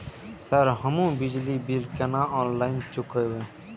Sir हमू बिजली bill केना ऑनलाईन चुकेबे?